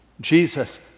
Jesus